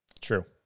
True